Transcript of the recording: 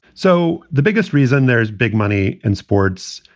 so the biggest reason there's big money in sports,